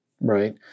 right